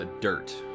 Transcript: dirt